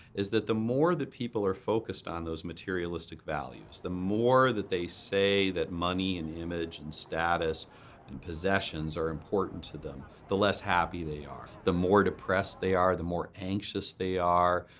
is that the more the people are focused on those materialistic values, the more that they say that money and image and status and possessions are important to them, the less happy they are, the more depressed they are, the more anxious they are.